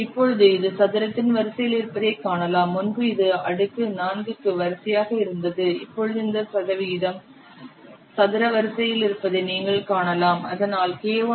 இப்பொழுது இது சதுரத்தின் வரிசையில் இருப்பதைக் காணலாம் முன்பு இது அடுக்கு 4 க்கு வரிசையாக இருந்தது இப்பொழுது இந்த விகிதம் சதுர வரிசையில் இருப்பதை நீங்கள் காணலாம்